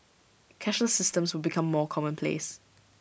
cashless systems will become more commonplace